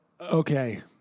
Okay